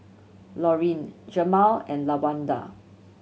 Laurene Jemal and Lawanda